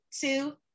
two